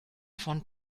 von